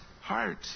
heart